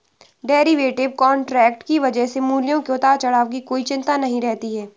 derivative contract की वजह से मूल्यों के उतार चढ़ाव की कोई चिंता नहीं रहती है